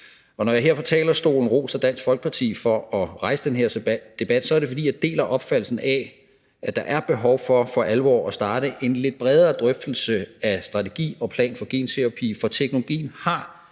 Når jeg her fra talerstolen roser Dansk Folkeparti for at rejse den her debat, er det, fordi jeg deler opfattelsen af, at der er behov for for alvor at starte en lidt bredere drøftelse af en strategi og plan for genterapi, for teknologien har